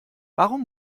warum